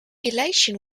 elation